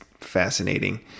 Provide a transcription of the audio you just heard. fascinating